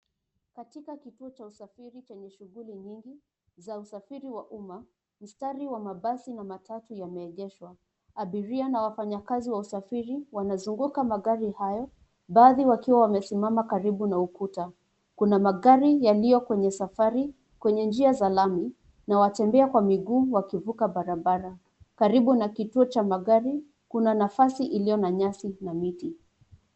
Katika kituo cha usafiri chenye shughuli nyingi za usafiri wa umma, mstari wa mabasi na matatu yameegeshwa. Abiria na wafanyakazi wa usafiri wanazunguka magari hayo, baadhi wakiwa wamesimama karibu na ukuta. Kuna magari yaliyo kwenye safari kwenye njia za lami na watembea kwa miguu wakivuka barabara. Karibu na kituo cha magari kuna nafasi iliyo na nyasi na miti.